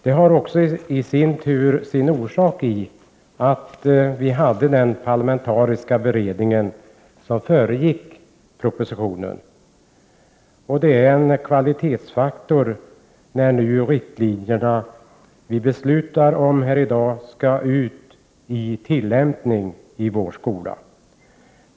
Det har i sin tur sin orsak i den parlamentariska beredning som föregick propositionen. Det är en kvalitetsfaktor när nu de riktlinjer som vi beslutar om här i dag skall ut i tillämpning i vår skola.